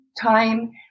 time